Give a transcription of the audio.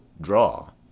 draw